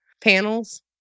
panels